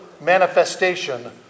manifestation